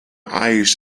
eyes